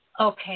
Okay